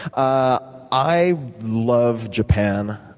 ah i love japan.